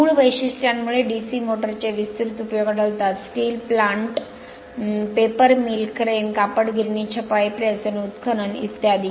मूळ वैशिष्ट्यांमुळे DC motors चे विस्तृत उपयोग आढळतात steel plant paper mill crane कापड गिरणी छपाई प्रेस आणि उत्खनन इत्यादी